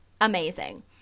amazing